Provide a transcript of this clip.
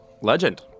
Legend